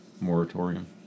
moratorium